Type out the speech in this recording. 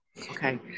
Okay